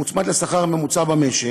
מוצמד לשכר הממוצע במשק,